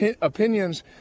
opinions